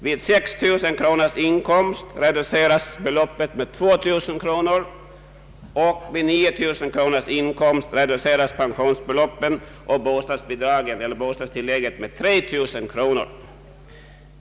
Vid 6 000 kronors inkomst reduceras alltså beloppet med 2000 kronor och vid 9 000 kronors inkomst reduceras pensionsbeloppen och bostadstilläggen med 3 000 kronor.